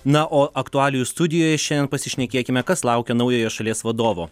na o aktualijų studijoje šiandien pasišnekėkime kas laukia naujojo šalies vadovo